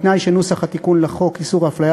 בתנאי שנוסח התיקון לחוק איסור הפליה